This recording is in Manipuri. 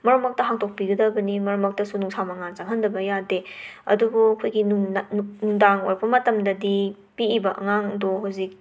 ꯃꯔꯛ ꯃꯔꯛꯇ ꯍꯥꯡꯗꯣꯛꯄꯤꯒꯗꯕꯅꯤ ꯃꯔꯛ ꯃꯔꯛꯇꯁꯨ ꯅꯨꯡꯁꯥ ꯃꯉꯥꯜ ꯆꯪꯍꯟꯗꯕ ꯌꯥꯗꯦ ꯑꯗꯨꯕꯨ ꯑꯩꯈꯣꯏꯒꯤ ꯅꯨ ꯅ ꯅꯨꯡꯗꯥꯡ ꯑꯣꯏꯔꯛꯄ ꯃꯇꯝꯗꯗꯤ ꯄꯤꯛꯏꯕ ꯑꯉꯥꯡꯗꯨ ꯍꯨꯖꯤꯛ